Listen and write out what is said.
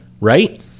Right